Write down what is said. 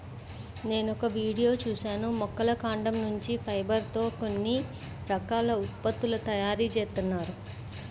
నేనొక వీడియో చూశాను మొక్కల కాండం నుంచి ఫైబర్ తో కొన్ని రకాల ఉత్పత్తుల తయారీ జేత్తన్నారు